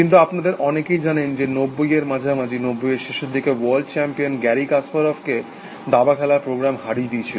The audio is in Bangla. কিন্তু আপনাদের অনেকেই জানেন যে 90 এর মাঝামাঝি 90 এর শেষের দিকে ওয়ার্ল্ড চ্যাম্পিয়ান গ্যারি কাসপারভকে দাবা খেলার প্রোগ্রাম হারিয়ে দিয়েছিল